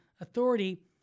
authority